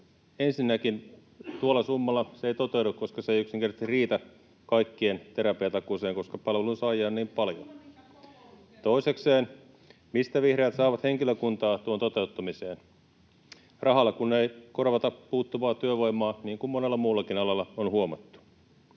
Ensinnäkin: tuolla summalla se ei toteudu, koska se ei yksinkertaisesti riitä kaikkien terapiatakuuseen, koska palvelunsaajia on niin paljon. [Krista Mikkosen välihuuto] Toisekseen: mistä vihreät saavat henkilökuntaa tuon toteuttamiseen? Rahalla kun ei korvata puuttuvaa työvoimaa, niin kuin monella muullakin alalla on huomattu.